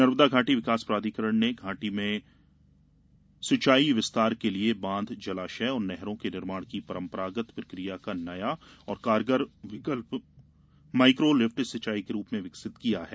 नर्मदा घाटी विकास प्राधिकरण ने घाटी में सिंचाई विस्तार के लिये बांध जलाशय और नहरों के निर्माण की परम्परागत प्रक्रिया का नया और कारगर विकल्प माईक्रो लिफ्ट सिंचाई के रूप में विकसित किया है